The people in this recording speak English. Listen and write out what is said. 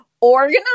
organize